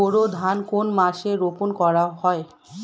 বোরো ধান কোন মাসে রোপণ করা হয়?